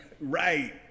Right